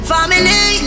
Family